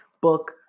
book